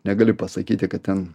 negali pasakyti kad ten